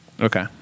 Okay